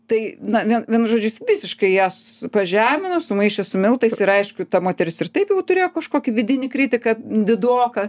tai na vien vienu žodžiu jis visiškai ją pažemino sumaišė su miltais ir aišku ta moteris ir taip jau turėjo kažkokį vidinį kritiką didoką